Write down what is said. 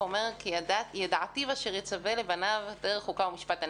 הוא אומר: כי ידעתיו אשר יצווה לבניו דרך חוקה ומשפט.